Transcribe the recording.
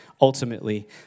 ultimately